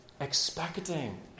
expecting